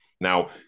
Now